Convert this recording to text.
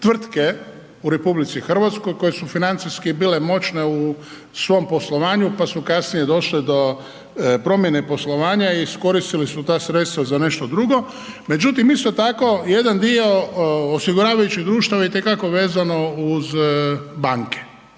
tvrtke u RH koje su financijski bile moćne u svom poslovanju pa su kasnije došle do promjene poslovanja i iskoristili su ta sredstva za nešto drugo. Međutim, isto tako jedan dio osiguravajućih društava i te kako vezano uz banke.